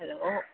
hello